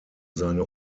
seine